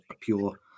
pure